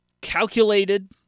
calculated